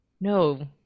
no